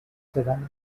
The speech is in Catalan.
seran